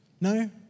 No